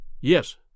Yes